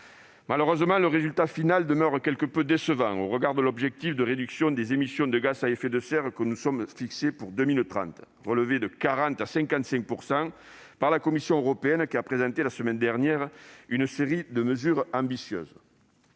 Malheureusement, le résultat final demeure quelque peu décevant au regard de l'objectif de réduction des émissions de gaz à effet de serre que nous nous sommes fixé pour 2030, relevé de 40 % à 55 % par la Commission européenne, qui a présenté, la semaine dernière, une série de mesures ambitieuses.